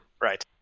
Right